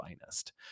finest